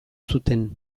zuten